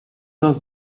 does